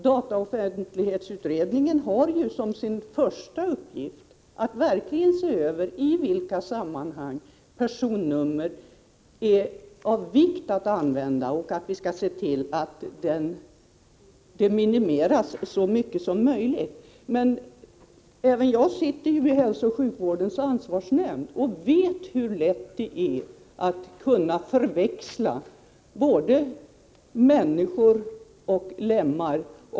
Dataoch offentlighetskommittén har ju såsom sin första uppgift att verkligen se över i vilka sammanhang personnummer är lämpliga att använda och hur man skall kunna minimera användningen så mycket som möjligt. Även jag sitter i hälsooch sjukvårdens ansvarsnämnd och vet hur lätt det är att förväxla både människor och lemmar.